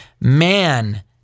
man